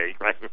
right